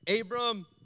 Abram